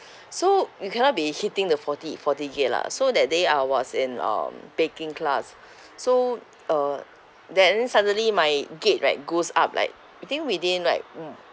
so you cannot be hitting the forty forty gig lah so that day I was in um baking class so uh then suddenly my gig right goes up like I think within like mm